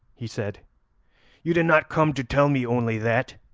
he said you did not come to tell me only that.